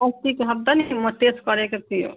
अस्तिको हप्ता नि म टेस्ट गरेको थियो